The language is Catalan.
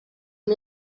amb